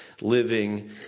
living